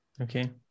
Okay